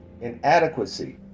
inadequacy